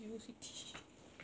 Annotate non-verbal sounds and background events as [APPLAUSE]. vivo city [LAUGHS]